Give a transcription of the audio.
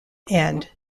and